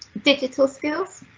digital skills,